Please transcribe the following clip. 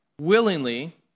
willingly